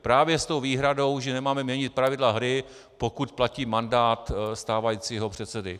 Právě s tou výhradou, že nemáme měnit pravidla hry, pokud platí mandát stávajícího předsedy.